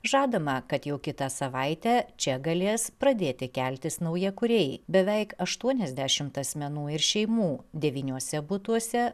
žadama kad jau kitą savaitę čia galės pradėti keltis naujakuriai beveik aštuoniasdešimt asmenų ir šeimų devyniose butuose